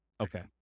Okay